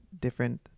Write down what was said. different